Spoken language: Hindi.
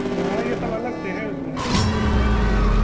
हाँ ये सब अलग से है उसमे इसमे कुछ नही है